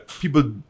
people